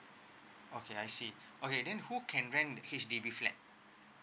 okay I see okay then who can rent the H_D_B flat